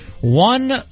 One